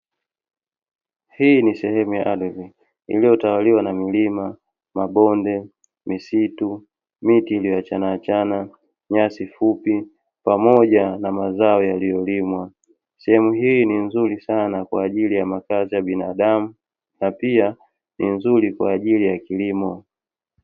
Hii ni sehemu ya ardhi iliyotawaliwa na milima, mabonde, misitu miti iliyoachanachana nyasi fupi pamoja na mazao yaliyolimwa. Sehemu hii ni nzuri sana, kwa ajili ya makazi ya binadamu na pia ni nzuri kwa ajili ya kilimo.